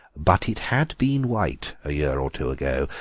but it had been white a year or two ago,